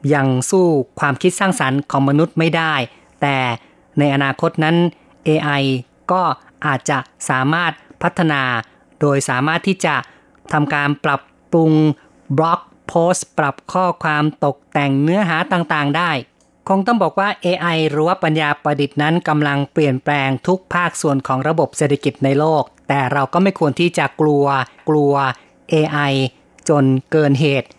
ยังสู้ความคิดสร้างสรรค์ของมนุษย์ไม่ได้ แต่ในอนาคตนั้น AI ก็อาจจะสามารถพัฒนาโดยสามารถที่จะทำการปรับปรุงบล็อกโพสต์ปรับข้อความตกแต่งเนื้อหาต่างๆได้ คงต้องบอกว่า AI หรือว่าปัญญาประดิษฐ์นั้นกำลังเปลี่ยนแปลงทุกภาคส่วนของระบบเศรษฐกิจในโลก แต่เราก็ไม่ควรที่จะกลัวกลัว AI จนเกินเหตุ